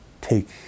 take